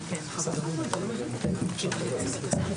10:09.